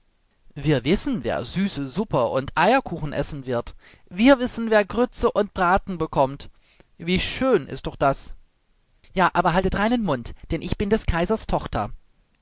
wir wissen wer süße suppe und eierkuchen essen wird wir wissen wer grütze und braten bekommt wie schön ist doch das ja aber haltet reinen mund denn ich bin des kaisers tochter